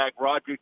Roger